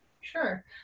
sure